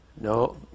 No